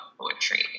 poetry